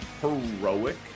heroic